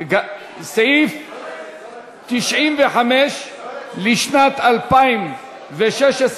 סעיף 95 לשנת 2016,